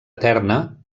eterna